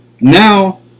Now